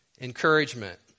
encouragement